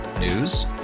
News